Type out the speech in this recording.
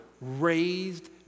raised